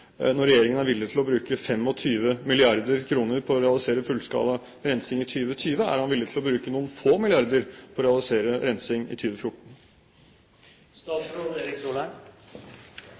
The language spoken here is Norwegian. Når regjeringen er villig til å bruke 25 mrd. kr på å realisere fullskala rensing i 2020, er han da villig til å bruke noen få milliarder kroner for å realisere rensing i